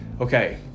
Okay